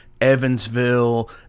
Evansville